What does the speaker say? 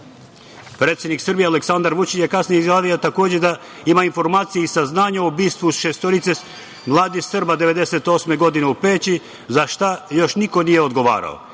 istina. Predsednik Srbije, Aleksandar Vučić je kasnije izjavio takođe da ima informacije i saznanja o ubistvu šestorice mladih Srba 1998. godine u Peći, za šta još niko nije odgovarao.